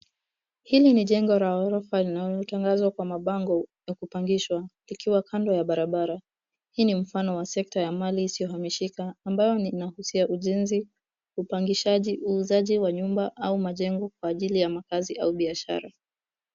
Hili ni jengo la orofa linalotangazwa kwa mabango ya kupangishwa ikiwa kando ya barabara. Hii ni mfano wa sekta ya mali iisiyohamishika ambayo inahusu ujenzi, upangishaji, uuzaji wa nyumba au majengo kwa ajili ya makazi au biashara.